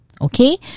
okay